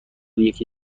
یکی